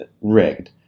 rigged